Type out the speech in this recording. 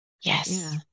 Yes